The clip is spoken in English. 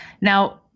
Now